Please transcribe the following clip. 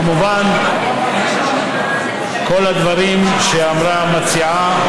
כמובן, כל הדברים שאמרה המציעה,